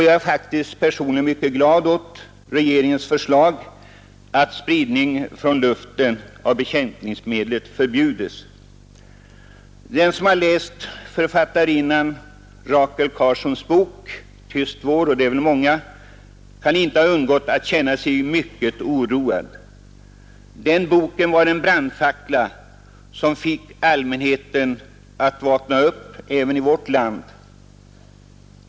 Jag är faktiskt personligen mycket glad åt regeringens förslag att spridning från luften av bekämpningsmedlet förbjudes. Den som har läst författarinnan Rachel Carsons bok Tyst vår — och det är väl många — kan inte ha undgått att känna sig mycket oroad. Den boken var en brandfackla och fick allmänheten att vakna upp även i vårt land.